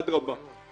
אדרבה.